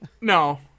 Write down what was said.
no